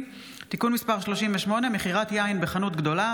(תיקון מס' 38) (מכירת יין בחנות גדולה),